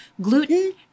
Gluten